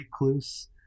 recluse